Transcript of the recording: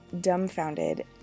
dumbfounded